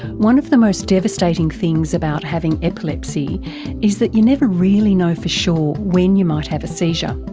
one of the most devastating things about having epilepsy is that you never really know for sure when you might have a seizure.